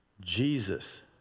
Jesus